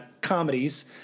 comedies